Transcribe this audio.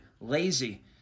lazy